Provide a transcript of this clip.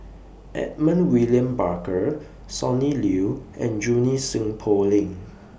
Edmund William Barker Sonny Liew and Junie Sng Poh Leng